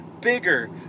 bigger